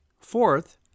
Fourth